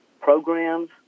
programs